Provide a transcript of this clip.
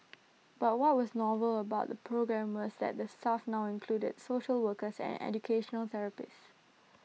but what was novel about the programme was that the staff now included social workers and educational therapists